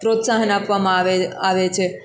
પ્રોત્સાહન આપવામાં આે આવે છે